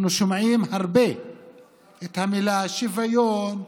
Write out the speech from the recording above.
אנחנו שומעים הרבה את המילים "שוויון"